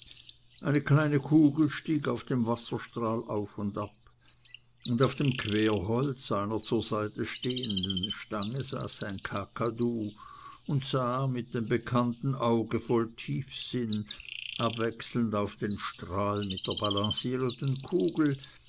eine kleine kugel stieg auf dem wasserstrahl auf und ab und auf dem querholz einer zur seite stehenden stange saß ein kakadu und sah mit dem bekannten auge voll tiefsinn abwechselnd auf den strahl mit der balancierenden kugel